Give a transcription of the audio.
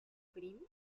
prim